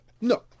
no